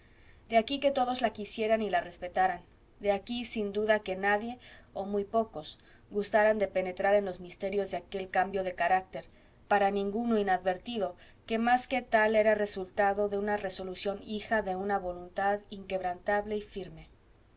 de aquí que todos la quisieran y la respetaran de aquí sin duda que nadie o muy pocos gustaran de penetrar en los misterios de aquel cambio de carácter para ninguno inadvertido que más que tal era resultado de una resolución hija de una voluntad inquebrantable y firme